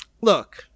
Look